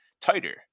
tighter